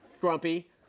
Grumpy